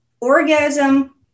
orgasm